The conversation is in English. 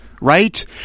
right